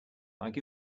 like